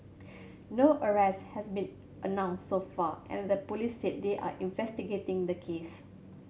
no arrests have been announced so far and the police said they are investigating the case